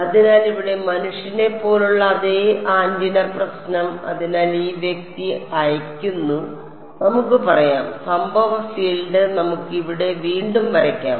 അതിനാൽ ഇവിടെ മനുഷ്യനെപ്പോലെയുള്ള അതേ ആന്റിന പ്രശ്നം അതിനാൽ ഈ വ്യക്തി അയയ്ക്കുന്നു നമുക്ക് പറയാം സംഭവ ഫീൽഡ് നമുക്ക് ഇവിടെ വീണ്ടും വരയ്ക്കാം